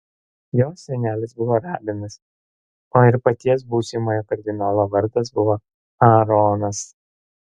jo senelis buvo rabinas o ir paties būsimojo kardinolo vardas buvo aaronas